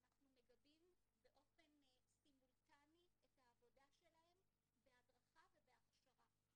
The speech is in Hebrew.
אנחנו מגבים באופן סימולטני את העבודה שלהם בהדרכה ובהכשרה.